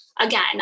again